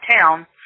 town